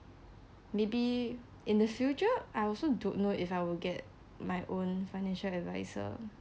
maybe in the future I also don't know if I will get my own financial advisor